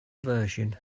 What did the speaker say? version